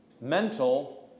mental